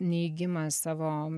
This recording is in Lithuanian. neigimą savo